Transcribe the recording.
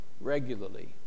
regularly